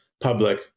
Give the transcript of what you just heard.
public